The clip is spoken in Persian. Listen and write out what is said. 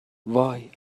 وای